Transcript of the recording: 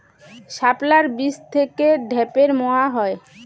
শাপলার বীজ থেকে ঢ্যাপের মোয়া হয়?